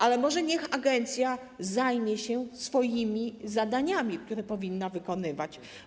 Ale może niech agencja zajmie się swoimi zadaniami, które powinna wykonywać?